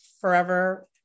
forever